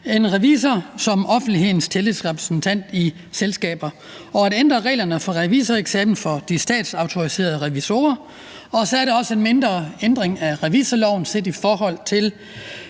en revisor som offentlighedens tillidsrepræsentant i selskaber og at ændre reglerne for revisoreksamen for de statsautoriserede revisorer, og så er der også en mindre ændring af revisorloven set i forhold til